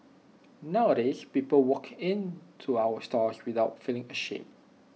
nowadays people walk in to our stores without feeling ashamed